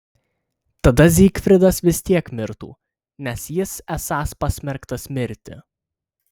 tada zygfridas vis tiek mirtų nes jis esąs pasmerktas mirti